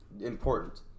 important